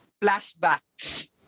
flashbacks